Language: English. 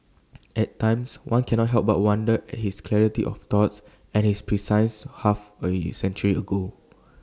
at times one cannot help but wonder at his clarity of thought and his precise half A E century ago